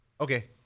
Okay